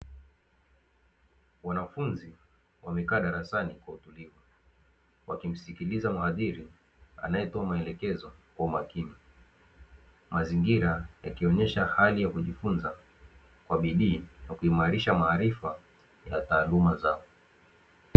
Wanafunzi wamekaa darasani kwa utulivu wakimsikiliza mhadhiri anayetoa maelekezo kwa umakini. Mazingira yakionyesha hali ya kujifunza kwa bidii na kuimarisha maarifa ya taaluma zao.